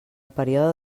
període